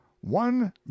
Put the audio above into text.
one